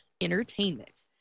entertainment